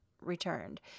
returned